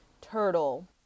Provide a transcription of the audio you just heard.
turtle